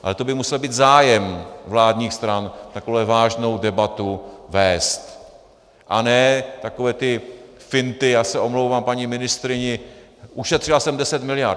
Ale to by musel být zájem vládních stran takovou vážnou debatu vést, a ne takové ty finty, omlouvám se paní ministryni, ušetřila jsem 10 miliard.